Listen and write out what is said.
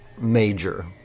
major